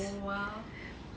oh !wow!